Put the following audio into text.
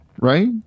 right